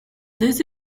this